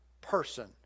person